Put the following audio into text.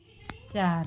चार